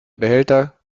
behälter